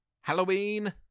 Halloween